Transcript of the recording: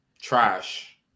trash